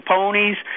Ponies